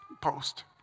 post